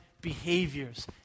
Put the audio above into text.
behaviors